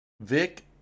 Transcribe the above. Vic